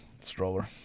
stroller